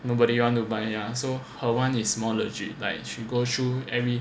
nobody want to buy ya so her [one] is more legit like she go through every